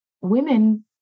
women